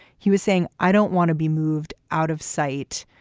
he was saying, i don't want to be moved out of sight.